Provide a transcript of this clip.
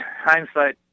hindsight